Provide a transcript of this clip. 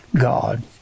God